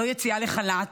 לא יציאה לחל"ת,